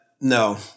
no